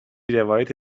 روایت